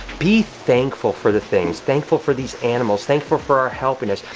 be thankful for the things, thankful for these animals, thank for for our healthiness,